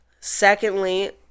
Secondly